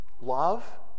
love